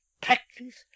practice